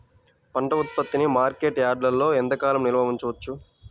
పంట ఉత్పత్తిని మార్కెట్ యార్డ్లలో ఎంతకాలం నిల్వ ఉంచవచ్చు?